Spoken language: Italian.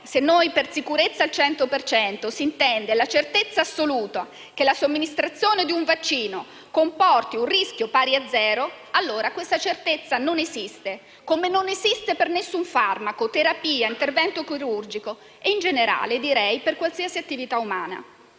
se noi per sicurezza al cento per cento intendiamo la certezza assoluta che la somministrazione di un vaccino comporti un rischio pari a zero, allora questa certezza non esiste, come non esiste per alcun farmaco, terapia, intervento chirurgico e, in generale, direi per qualsiasi attività umana.